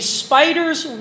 spider's